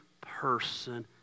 person